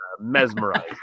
mesmerized